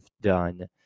done